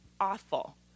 awful